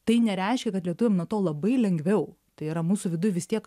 tai nereiškia kad lietuviam nuo to labai lengviau tai yra mūsų viduj vis tiek